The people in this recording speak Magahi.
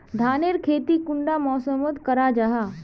धानेर खेती कुंडा मौसम मोत करा जा?